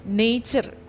nature